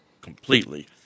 completely